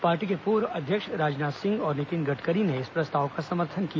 party के पूर्व अध्यक्ष राजनाथ सिंह और नितिन गडकरी ने इस प्रस्ताव का समर्थन किया